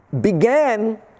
began